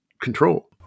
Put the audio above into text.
control